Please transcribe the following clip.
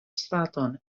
straton